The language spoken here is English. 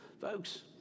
Folks